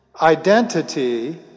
Identity